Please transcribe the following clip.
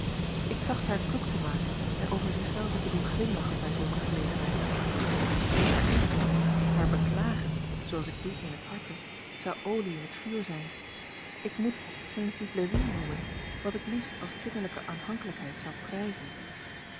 ik tracht haar kloek te maken en over zich zelve te doen glimlachen bij zulke gelegenheid met haar instemmen haar beklagen zooals ik doe in het harte zou olie in het vuur zijn ik moet sensiblerie noemen wat ik liefst als kinderlijke aanhankelijkheid zou prijzen